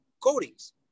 coatings